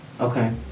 Okay